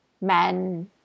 men